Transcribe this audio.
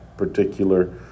particular